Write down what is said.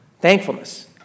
Thankfulness